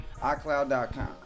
iCloud.com